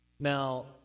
Now